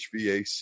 hvac